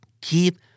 Keep